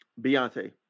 Beyonce